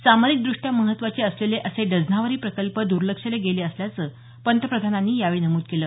सामरिक दृष्ट्या महत्त्वाचे असलेले असे डझनावारी प्रकल्प दर्लक्षले गेले असल्याचं पंतप्रधानांनी यावेळी नमुद केलं